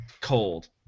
cold